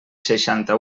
seixanta